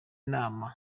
nama